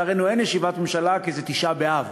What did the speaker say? לצערנו אין ישיבת ממשלה כי זה תשעה באב.